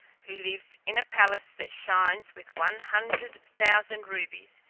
who lives in a palace that shines with one hundred thousand rubies,